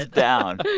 ah down.